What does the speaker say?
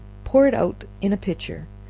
pour it out in a pitcher,